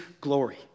glory